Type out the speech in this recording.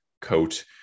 coat